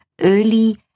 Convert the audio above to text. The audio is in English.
early